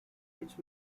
which